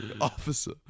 Officer